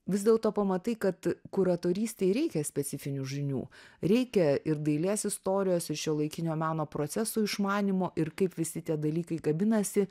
vis dėlto pamatai kad kuratorystei reikia specifinių žinių reikia ir dailės istorijos ir šiuolaikinio meno procesų išmanymo ir kaip visi tie dalykai kabinasi